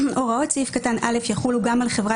הוראות סעיף קטן (א) יחולו גם על חברה